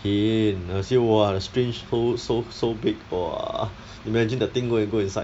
hin I see !wah! the syringe hole so so big !wah! imagine the thing gonna go inside